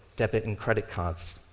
debit, and credit cards.